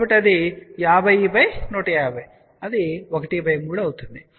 కాబట్టి అది 50 150 ⅓